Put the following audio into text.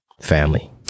Family